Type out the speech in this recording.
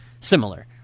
similar